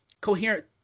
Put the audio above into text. coherent